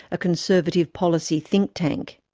a conservative policy think tank.